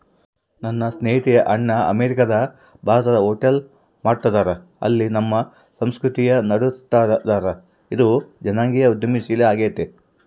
ನನ್ನ ಸ್ನೇಹಿತೆಯ ಅಣ್ಣ ಅಮೇರಿಕಾದಗ ಭಾರತದ ಹೋಟೆಲ್ ಮಾಡ್ತದರ, ಅಲ್ಲಿ ನಮ್ಮ ಸಂಸ್ಕೃತಿನ ನಡುಸ್ತದರ, ಇದು ಜನಾಂಗೀಯ ಉದ್ಯಮಶೀಲ ಆಗೆತೆ